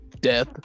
death